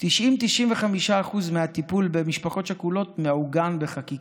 90% 95% מהטיפול במשפחות שכולות מעוגן בחקיקה.